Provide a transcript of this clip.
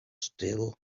still